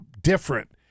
different